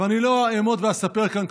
ואני לא אעמוד ואספר כאן,